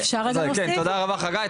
תודה רבה חגי,